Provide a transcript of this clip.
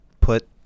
put